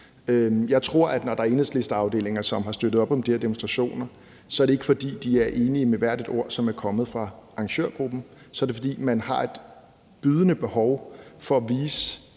Jeg tror, at når der er Enhedslisteafdelinger, som har støttet op om de her demonstrationer, er det ikke, fordi de er enige i hvert et ord, som er kommet fra arrangørgruppen; så er det, fordi man har et bydende behov for at vise